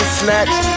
snatched